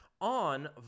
on